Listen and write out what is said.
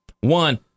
One